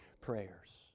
prayers